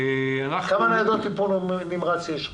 כמה ניידות טיפול נמרץ יש לך?